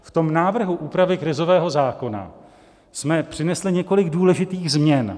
V tom návrhu úpravy krizového zákona jsme přinesli několik důležitých změn.